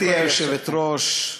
גברתי היושבת-ראש.